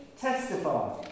Testify